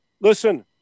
listen